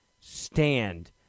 stand